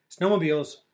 snowmobiles